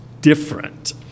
different